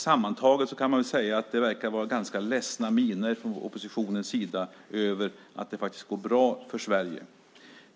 Sammantaget kan man säga att det verkar vara ganska ledsna miner från oppositionens sida över att det faktiskt går bra för Sverige.